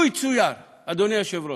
לו יצויר, אדוני היושב-ראש,